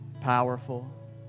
powerful